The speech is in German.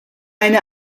eine